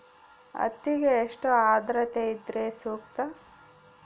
ಹತ್ತಿಗೆ ಎಷ್ಟು ಆದ್ರತೆ ಇದ್ರೆ ಸೂಕ್ತ?